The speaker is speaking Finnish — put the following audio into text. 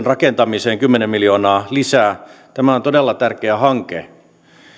rakentamiseen kymmenen miljoonaa lisää tämä on todella tärkeä hanke